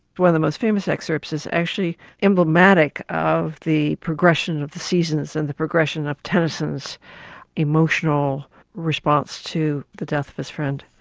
one of the most famous excerpts is actually emblematic of the progression of the seasons and the progression of tennyson's emotional response to the death of his friend